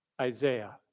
Isaiah